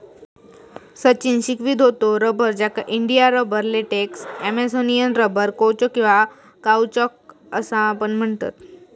सचिन शिकवीत होतो रबर, ज्याका India rubber, latex, Amazonian rubber, कौचो किंवा काउचॉक असा पण म्हणतत